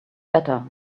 better